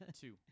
two